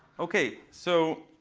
ok, so